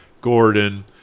Gordon